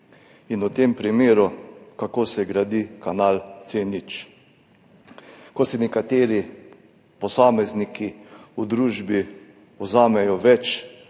in v tem primeru na to, kako se gradi kanal C0, ko si nekateri posamezniki v družbi vzamejo večjo